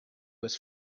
was